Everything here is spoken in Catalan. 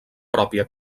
pròpia